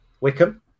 Wickham